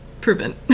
proven